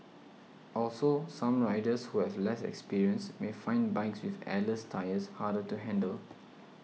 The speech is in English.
also some riders who have less experience may find bikes with airless tyres harder to handle